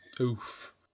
Oof